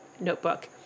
notebook